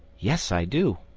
yes, i do.